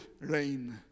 rain